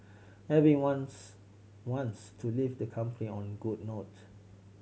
everyone's wants to leave their company on a good note